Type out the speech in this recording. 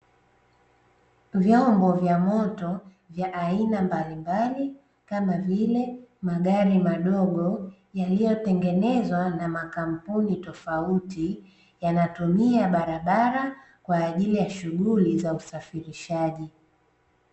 Vyombo vya moto vya aina mbalimbali kama vile magari madogo yaliyotengenezwa na makampuni tofauti, yanatumia barabara kwa ajili ya shughuli za usafirishaji.